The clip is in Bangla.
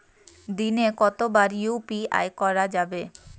দিনে কতবার ইউ.পি.আই করা যাবে?